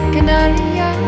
Canaria